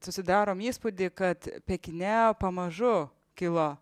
susidarom įspūdį kad pekine pamažu kilo